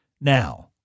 Now